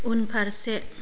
उनफारसे